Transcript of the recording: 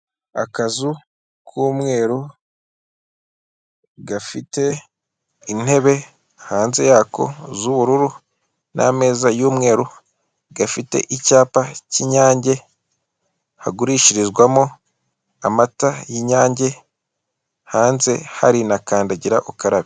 Akazu k'umweru gafite intebe hanze yako z'ubururu n'ameza y'umweru, gafite icyapa cy'Inyange, hagurishirizwamo amata y'Inyange, hanze hari na kandagira ukarabe.